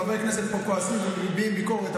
חברי הכנסת פה כועסים ומביעים ביקורת,